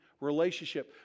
relationship